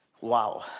Wow